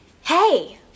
hey